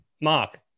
Mark